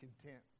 content